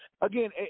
Again